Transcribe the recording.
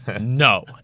No